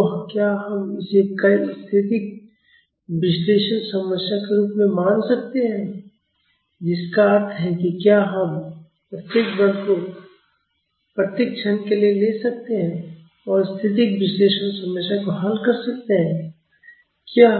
तो क्या हम इसे कई स्थैतिक विश्लेषण समस्याओं के रूप में मान सकते हैं जिसका अर्थ है कि क्या हम प्रत्येक बल को प्रत्येक क्षण के लिए ले सकते हैं और स्थैतिक विश्लेषण समस्या को हल कर सकते हैं क्या